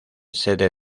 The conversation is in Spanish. sede